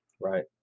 Right